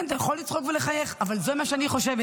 כן, אתה יכול לצחוק ולחייך, אבל זה מה שאני חושבת.